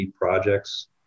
projects